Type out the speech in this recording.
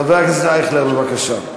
חבר הכנסת אייכלר, בבקשה.